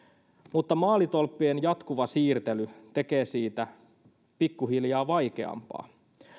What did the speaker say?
mutta maalitolppien jatkuva siirtely tekee siitä pikkuhiljaa vaikeampaa